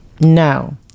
no